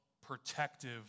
protective